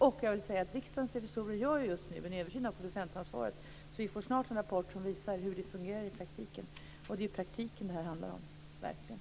Jag vill också säga att Riksdagens revisorer just nu gör en översyn av producentansvaret, så vi får snart en rapport som visar hur det fungerar i praktiken. Och det är praktiken det här verkligen handlar om.